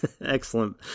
excellent